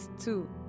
two